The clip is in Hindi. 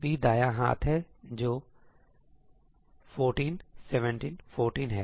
b दायां हाथ है जो 14 17 14 है